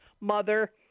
mother